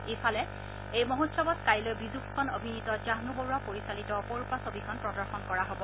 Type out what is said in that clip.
ইফালে এই মহোৎসৱত কাইলৈ বিজু ফুকন অভিনীত জাহ্নু বৰুৱা পৰিচালিত অপৰূপা ছবিখন প্ৰদৰ্শন কৰা হ'ব